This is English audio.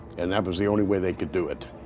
and that was the only way they could do it.